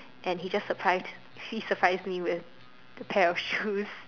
and he just surprised he surprised me with the pair of shoes